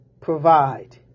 provide